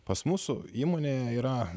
pas mūsų įmonėje yra